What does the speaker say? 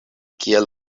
kiel